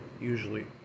usually